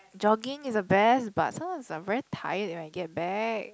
jogging is the best but sometimes I'm very tired when I get back